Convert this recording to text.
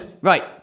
Right